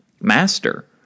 Master